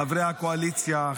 חברי הקואליציה,